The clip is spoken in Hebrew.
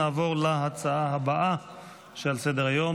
נעבור להצעה הבאה על סדר-היום,